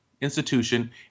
institution